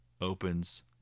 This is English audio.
opens